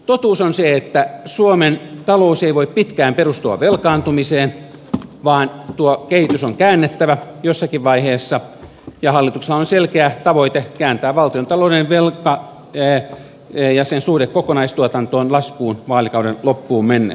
totuus on se että suomen talous ei voi pitkään perustua velkaantumiseen vaan tuo kehitys on käännettävä jossakin vaiheessa ja hallituksella on selkeä tavoite kääntää valtiontalouden velka ja sen suhde kokonaistuotantoon laskuun vaalikauden loppuun mennessä